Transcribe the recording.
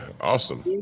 Awesome